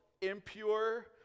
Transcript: impure